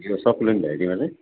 ए succulent भेराइटीमा चाहिँ